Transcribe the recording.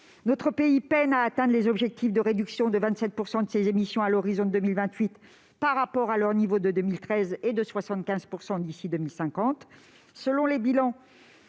Notre pays peine à atteindre les objectifs de réduction de 27 % de ses émissions de gaz à effet de serre à l'horizon de 2028 par rapport à leur niveau de 2013 et de 75 % d'ici à 2050.